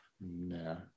No